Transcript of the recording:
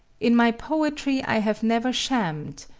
in my poetry i have never shammed.